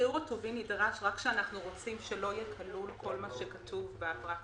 תיאור הטובין נדרש רק כשאנחנו רוצים שלא יהיה כלול מה שכתוב בפרט המכס.